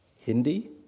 Hindi